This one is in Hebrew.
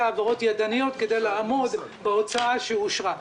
העברות ידניות כדי לעמוד בהוצאה שאושרה.